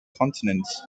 continents